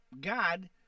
God